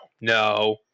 no